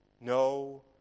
no